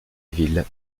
ville